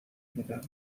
میدم